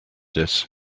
this